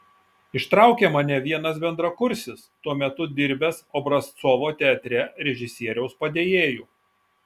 ištraukė mane vienas bendrakursis tuo metu dirbęs obrazcovo teatre režisieriaus padėjėju